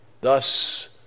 Thus